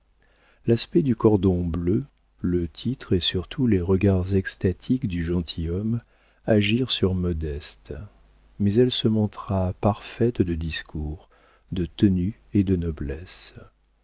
l'aspect du cordon bleu le titre et surtout les regards extatiques du gentilhomme agirent sur modeste mais elle se montra parfaite de discours de tenue et de noblesse